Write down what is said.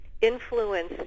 influence